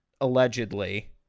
allegedly